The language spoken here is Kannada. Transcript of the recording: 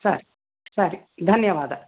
ಸರಿ ಸರಿ ಧನ್ಯವಾದ